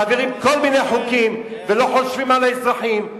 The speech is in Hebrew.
מעבירים כל מיני חוקים ולא חושבים על האזרחים.